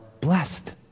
blessed